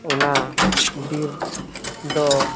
ᱚᱱᱟ ᱵᱤᱨ ᱫᱚ